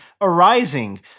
arising